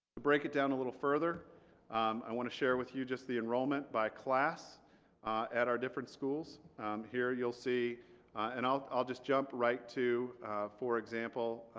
break it down a little further i want to share with you just the enrollment by class at our different schools here you'll see and i'll i'll just jump right to for example